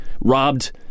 robbed